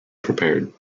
prepared